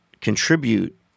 contribute